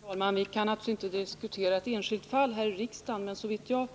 Tierr talman! Vi kan naturligtvis inte här i riksdagen diskutera ett enskilt fall, men såvitt jag